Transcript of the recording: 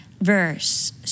verse